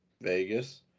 vegas